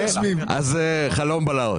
זה חלום בלהות.